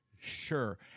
sure